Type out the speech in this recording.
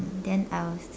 then I will